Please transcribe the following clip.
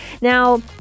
now